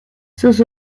sus